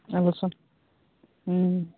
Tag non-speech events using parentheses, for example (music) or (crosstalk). (unintelligible)